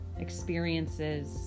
experiences